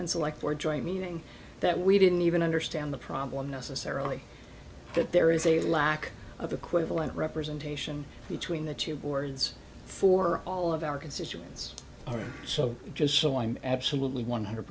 and select for joint meaning that we didn't even understand the problem necessarily that there is a lack of equivalent representation between the two boards for all of our constituents are so just so i'm absolutely one hundred